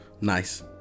nice